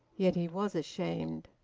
yet he was ashamed!